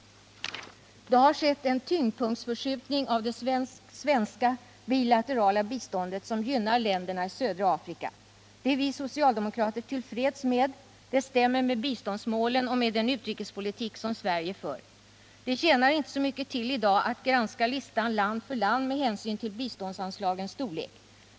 Det har skett en tyngdpunktsförskjutning av det svenska bilaterala biståndet som gynnar länderna i södra Afrika. Det är vi socialdemokrater till freds med; det stämmer med biståndsmålen och med den utrikespolitik som Sverige för. Det tjänar inte så mycket till att i dag granska listan land för land med hänsyn till biståndsanslagens storlek.